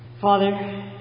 Father